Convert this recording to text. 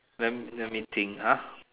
let let me think ah